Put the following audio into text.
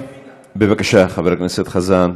בבקשה, חבר הכנסת חזן,